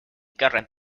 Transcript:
current